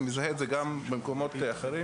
אני מזהה את זה גם במקומות אחרים,